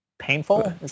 painful